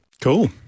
Cool